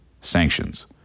Sanctions